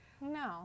No